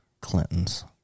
Clinton's